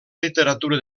literatura